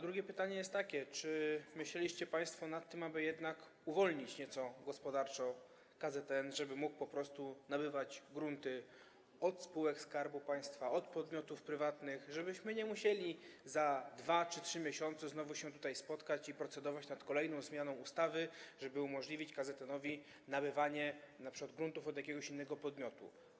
Drugie pytanie jest takie: Czy myśleliście państwo nad tym, aby jednak uwolnić nieco gospodarczo KZN, żeby mógł po prostu nabywać grunty od spółek Skarbu Państwa, od podmiotów prywatnych, żebyśmy nie musieli za 2 czy 3 miesiące znowu się tutaj spotykać i procedować nad kolejną zmianą ustawy, by umożliwić KZN-owi nabywanie np. gruntów od jakiegoś innego podmiotu?